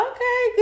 Okay